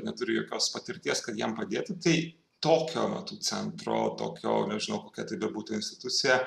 neturi jokios patirties kad jam padėti tai tokio amatų centro tokio nežinau kokia bebūtų institucija